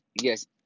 yes